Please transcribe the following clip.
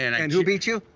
and and who beats you?